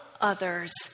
others